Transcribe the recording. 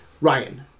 Ryan